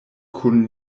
kun